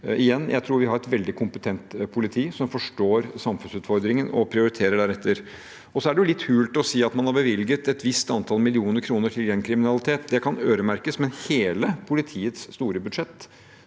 Jeg tror vi har et veldig kompetent politi som forstår samfunnsutfordringen og prioriterer deretter. Det er litt hult å si at man har bevilget et visst antall millioner kroner til gjengkriminalitet. Det kan øremerkes, men hele politiets store budsjett